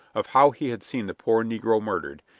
of how he had seen the poor negro murdered,